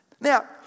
Now